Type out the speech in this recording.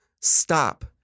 Stop